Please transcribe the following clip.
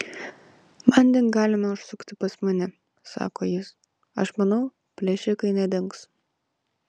manding galime užsukti pas mane sako jis aš manau plėšikai nedings